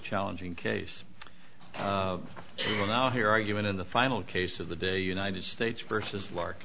challenging case we're now here arguing in the final case of the day united states versus lark